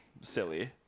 silly